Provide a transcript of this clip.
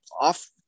off